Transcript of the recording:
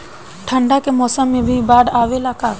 ठंडा के मौसम में भी बाढ़ आवेला का?